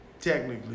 technically